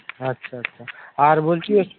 আচ্ছা আচ্ছা আর বলছি